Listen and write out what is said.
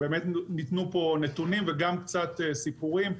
ניתנו פה נתונים וגם קצת סיפורים.